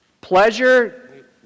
pleasure